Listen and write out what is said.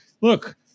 look